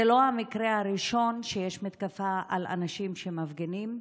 זה לא המקרה הראשון שיש מתקפה על אנשים שמפגינים.